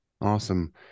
Awesome